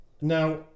Now